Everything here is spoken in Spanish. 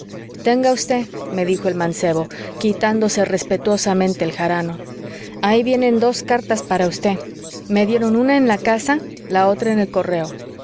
tenga usted me dijo el mancebo quitándose respetuosamente el jarano ahí vienen dos cartas para usted me dieron una en la casa la otra en el correo